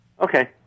Okay